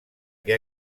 que